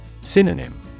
Synonym